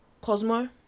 Cosmo